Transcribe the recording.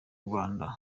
rwanda